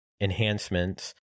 enhancements